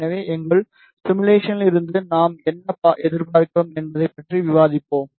எனவே எங்கள் சிமுலேஷனிலிருந்து நாம் என்ன எதிர்பார்க்கிறோம் என்பதைப் பற்றி விவாதிப்போம்